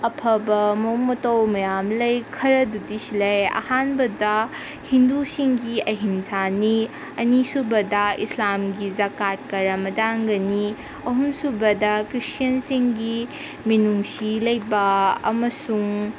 ꯑꯐꯕ ꯃꯑꯣꯡ ꯃꯇꯧ ꯃꯌꯥꯝ ꯂꯩ ꯈꯔꯗꯨꯗꯤ ꯁꯤ ꯂꯩꯔꯦ ꯑꯍꯥꯟꯕꯗ ꯍꯤꯡꯗꯨꯁꯤꯡꯒꯤ ꯑꯍꯤꯡꯁꯥꯅꯤ ꯑꯅꯤꯁꯨꯕꯗ ꯏꯁꯂꯥꯝꯒꯤ ꯖꯀꯥꯠꯀ ꯔꯃꯗꯥꯟꯒꯅꯤ ꯑꯍꯨꯝꯁꯨꯕꯗ ꯈ꯭ꯔꯤꯁꯇ꯭ꯌꯟꯁꯤꯡꯒꯤ ꯃꯤꯅꯨꯡꯁꯤ ꯂꯩꯕ ꯑꯃꯁꯨꯡ